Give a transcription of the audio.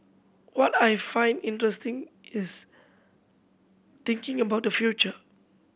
what I find interesting is thinking about the future